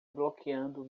bloqueando